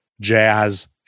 jazz